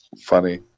funny